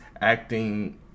acting